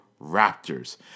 Raptors